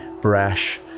brash